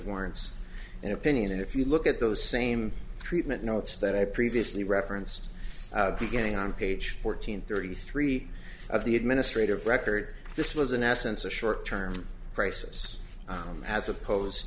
warrants an opinion and if you look at those same treatment notes that i previously reference beginning on page fourteen thirty three of the administrative record this was in essence a short term crisis as opposed